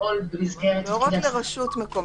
לפעול במסגרת תפקידיו תפקידיה" --- לא רק לרשות מקומית.